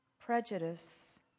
prejudice